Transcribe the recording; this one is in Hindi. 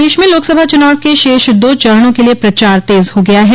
प्रदेश में लोकसभा चुनाव के शेष दो चरणों के लिये प्रचार तेज हो गया है